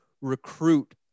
recruit